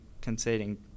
conceding